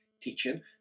teaching